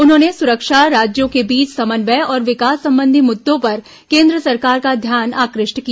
उन्होंने सुरक्षा राज्यों के बीच समन्वय और विकास संबंधी मुद्दों पर केन्द्र सरकार का ध्यान आकृष्ट किया